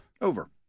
Over